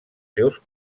seus